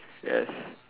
yes